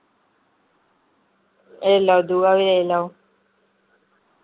एह् लाओ दुआ बी लेई लाओ